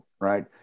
right